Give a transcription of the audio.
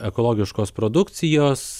ekologiškos produkcijos